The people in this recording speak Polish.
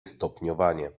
stopniowanie